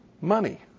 Money